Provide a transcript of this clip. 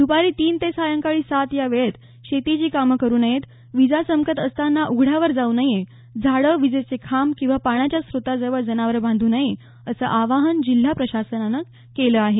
दपारी तीन ते सायंकाळी सात या वेळेत शेतीची कामं करू नयेत विजा चमकत असताना उघड्यावर जाऊ नये झाडं विजेचे खांब किंवा पाण्याच्या स्रोताजवळ जनावरं बांधू नयेत असं आवाहन जिल्हा प्रशासनानं केलं आहे